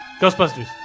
Ghostbusters